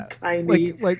tiny